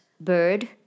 bird